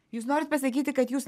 jūs norit pasakyti kad jūs